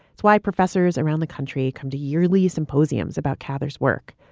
it's why professors around the country come to yearly symposiums about cather's work,